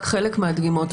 רק חלק מהדגימות.